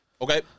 Okay